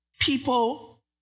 people